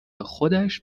خودش